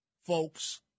folks